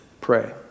Pray